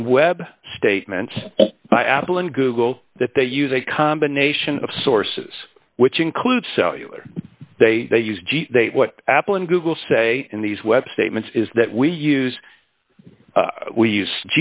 in web statements by apple and google that they use a combination of sources which include cellular they use what apple and google say in these web statements is that we use we use